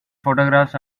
photographs